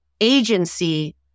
agency